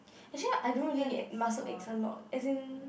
actually I don't really get muscle aches a lot as in